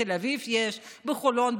בתל אביב, יש, בחולון.